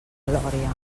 glòria